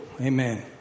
Amen